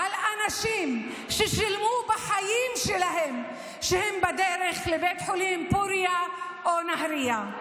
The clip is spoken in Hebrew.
על אנשים ששילמו בחיים שלהם כשהם בדרך לבית חולים פורייה או נהריה.